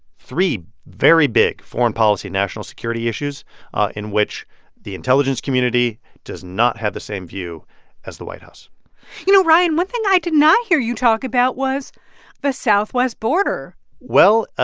three very big foreign policy national security issues in which the intelligence community does not have the same view as the white house you know, ryan, one thing i did not hear you talk about was the southwest border well, ah